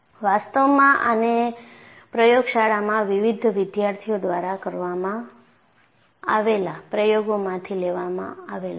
વાસ્તવમાંઆને પ્રયોગશાળામાં વિવિધ વિદ્યાર્થીઓ દ્વારા કરવામાં આવેલા પ્રયોગોમાંથી લેવામાં આવેલો છે